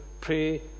pray